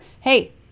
hey